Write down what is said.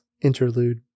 Interlude